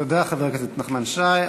תודה, חבר הכנסת נחמן שי.